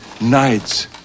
nights